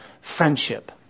friendship